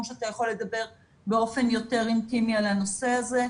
שאתה יכול לדבר באופן יותר אינטימי על הנושא הזה.